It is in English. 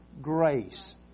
grace